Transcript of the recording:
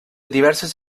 diverses